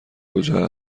کجا